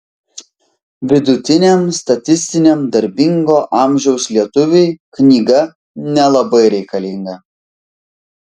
vidutiniam statistiniam darbingo amžiaus lietuviui knyga nelabai reikalinga